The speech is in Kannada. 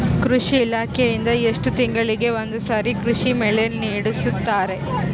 ಕೃಷಿ ಇಲಾಖೆಯಿಂದ ಎಷ್ಟು ತಿಂಗಳಿಗೆ ಒಂದುಸಾರಿ ಕೃಷಿ ಮೇಳ ನಡೆಸುತ್ತಾರೆ?